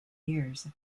years